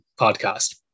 podcast